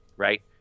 Right